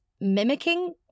mimicking